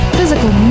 physical